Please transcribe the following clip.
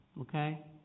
Okay